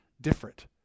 different